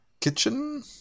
Kitchen